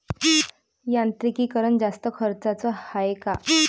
यांत्रिकीकरण जास्त खर्चाचं हाये का?